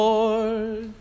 Lord